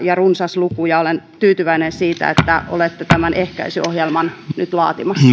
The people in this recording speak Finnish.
ja runsaan luvun olen tyytyväinen siitä että olette tämän ehkäisyohjelman nyt laatimassa